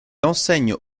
enseigne